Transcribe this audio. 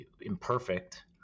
imperfect